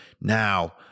now